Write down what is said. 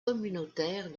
communautaire